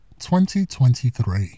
2023